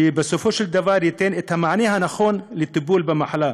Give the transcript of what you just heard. כדי שבסופו של דבר ייתן את המענה הנכון לטיפול במחלה,